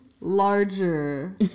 larger